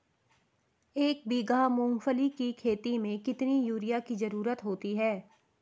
एक बीघा मूंगफली की खेती में कितनी यूरिया की ज़रुरत होती है?